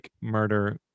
murder